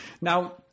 Now